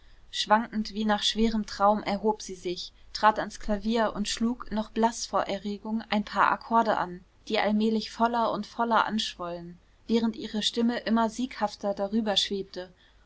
schwankend wie nach schwerem traum erhob sie sich trat ans klavier und schlug noch blaß vor erregung ein paar akkorde an die allmählich voller und voller anschwollen während ihre stimme immer sieghafter darüber schwebte